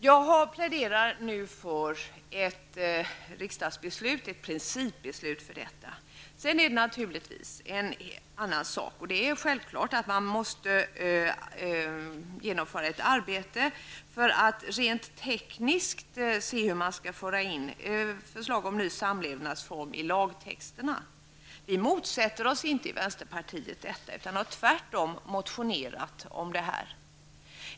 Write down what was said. Jag pläderar nu för ett principbeslut om detta. En annan sak är självklart att man sedan måste genomföra ett arbete för att rent tekniskt se hur man skall föra in förslag om ny samlevnadsform i lagtexterna. Vi motsätter oss inte detta i vänsterpartiet, utan har tvärtom motionerat om detta.